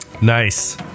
Nice